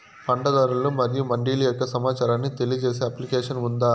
పంట ధరలు మరియు మండీల యొక్క సమాచారాన్ని తెలియజేసే అప్లికేషన్ ఉందా?